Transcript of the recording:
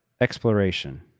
exploration